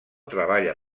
treballa